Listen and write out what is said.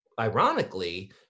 Ironically